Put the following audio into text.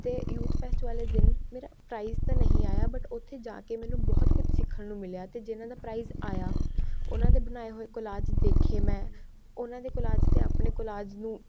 ਅਤੇ youth fest ਵਾਲੇ ਦਿਨ ਮੇਰਾ ਪ੍ਰਾਈਜ਼ ਤਾਂ ਨਹੀਂ ਆਇਆ ਬਟ ਉੱਥੇ ਜਾ ਕੇ ਮੈਨੂੰ ਬਹੁਤ ਕੁਛ ਸਿੱਖਣ ਨੂੰ ਮਿਲਿਆ ਅਤੇ ਜਿਨ੍ਹਾਂ ਦਾ ਪ੍ਰਾਈਜ਼ ਆਇਆ ਉਨ੍ਹਾਂ ਦੇ ਬਣਾਏ ਹੋਏ ਕੌਲਾਜ ਦੇਖੇ ਮੈਂ ਉਹਨਾਂ ਦੇ ਕੌਲਾਜ ਅਤੇ ਆਪਣੇ ਕੌਲਾਜ ਨੂੰ